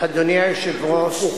אדוני היושב-ראש,